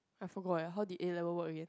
I forgot how did A-level work again